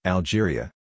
Algeria